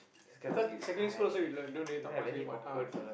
because secondary school also you like don't really talk much to anyone ah